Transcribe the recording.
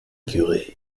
écurie